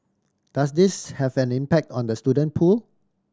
does this have an impact on the student pool